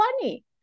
funny